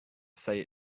say